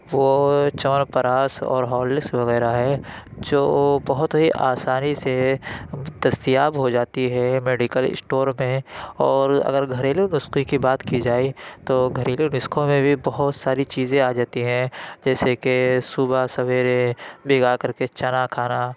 وہ چمن پراش اور ہارلکس وغیرہ ہے جو وہ بہت ہی آسانی سے دستیاب ہو جاتی ہے میڈیکل اسٹور میں اور اگر گھریلو نُسخے کی بات کی جائے تو گھریلو نسخوں میں بھی بہت ساری چیزیں آ جاتی ہیں جیسے کہ صُبح سویرے بھگا کر کے چنا کھانا